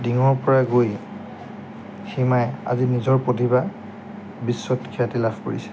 ধিঙৰ পৰা গৈ হিমাই আজি নিজৰ প্ৰতিভা বিশ্বত খ্যাতি লাভ কৰিছে